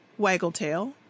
Waggletail